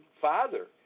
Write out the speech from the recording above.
father